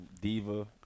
diva